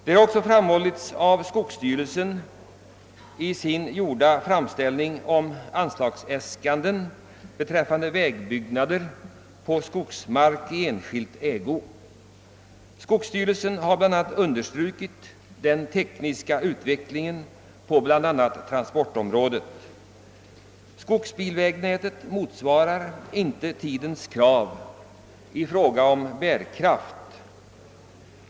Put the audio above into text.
Detta har också skogsstyrelsen framhållit i sin framställning om anslagsäskanden för vägbyggnader på skogsmark i enskild ägo. Bland annat har skogsstyrelsen pekat på den tekniska utvecklingen på transportområdet. Skogsbilvägnätet motsvarar inte tidens krav i vad gäller bärkraft.